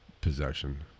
possession